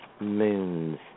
moons